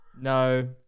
No